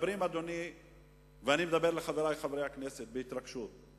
אני מדבר אל חברי חברי הכנסת בהתרגשות.